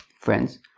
friends